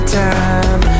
time